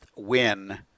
win